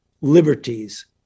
liberties